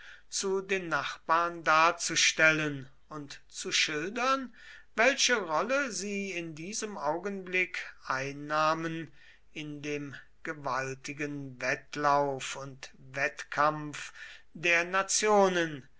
zu den nachbarn darzustellen und zu schildern welche rolle sie in diesem augenblick einnahmen in dem gewaltigen wettlauf und wettkampf der nationen